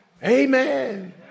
Amen